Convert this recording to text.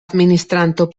administranto